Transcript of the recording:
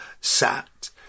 sat